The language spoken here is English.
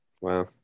Wow